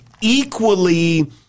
equally